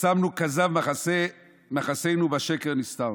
שמנו כזב מחסנו ובשקר נסתרנו.